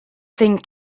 thing